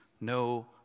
no